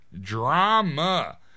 drama